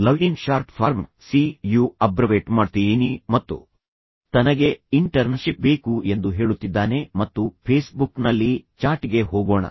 love in short form see you abbreviate ಮಾಡ್ತೀನಿ ಮತ್ತು ಫೇಸ್ಬುಕ್ನಲ್ಲಿ ಎಲ್ಲಿ ತನಗೆ ಪರಿಚಯವಿಲ್ಲದ ವ್ಯಕ್ತಿಗೆ ಮತ್ತು ತನಗೆ ಇಂಟರ್ನ್ಶಿಪ್ ಬೇಕು ಎಂದು ಹೇಳುತ್ತಿದ್ದಾನೆ ಮತ್ತು ನಂತರ ಅವನು ಹೇಳುತ್ತಾನೆ ಫೇಸ್ಬುಕ್ನಲ್ಲಿ ಬಂದು ನನ್ನೊಂದಿಗೆ ಸೇರಿ ನಾವು ಚಾಟ್ಗೆ ಹೋಗೋಣ